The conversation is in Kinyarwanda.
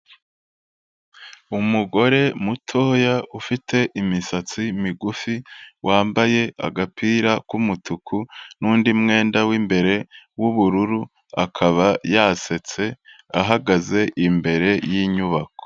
Umugore mutoya ufite imisatsi migufi wambaye agapira k'umutuku n'undi mwenda w'imbere w'ubururu, akaba yasetse ahagaze imbere y'inyubako.